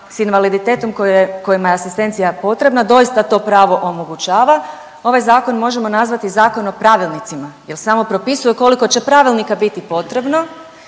s invaliditetom kojima je asistencija potrebna doista to pravo omogućava, ovaj zakon možemo nazvati Zakon o pravilnicima jel samo propisuje koliko će pravilnika biti potrebno